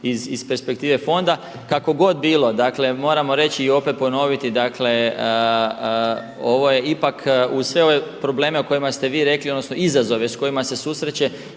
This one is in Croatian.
iz perspektive fonda. Kako god bilo, dakle moramo reći i opet ponoviti, dakle ovo je ipak uz sve ove probleme o kojima ste vi rekli odnosno izazove sa kojima se susreće,